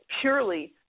purely